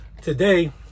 Today